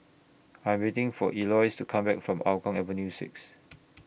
I'm waiting For Eloise to Come Back from Hougang Avenue six